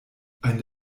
eine